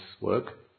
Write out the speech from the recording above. work